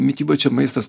mityba čia maistas